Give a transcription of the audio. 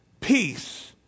peace